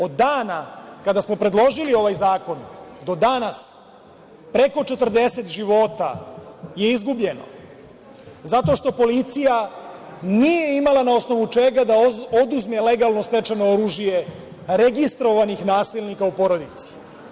Od dana kada smo predložili ovaj zakon, do danas, preko 40 života je izgubljeno zato što policija nije imala na osnovu čega da oduzme legalno stečeno oružje, registrovanih nasilnika u porodici.